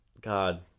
God